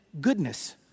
goodness